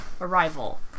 Arrival